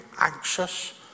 anxious